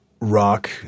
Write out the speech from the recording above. Rock